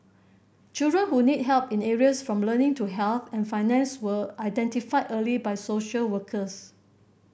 children who need help in areas from learning to health and finance were identified early by social workers